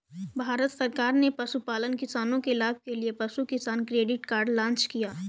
भारत सरकार ने पशुपालन किसानों के लाभ के लिए पशु किसान क्रेडिट कार्ड लॉन्च किया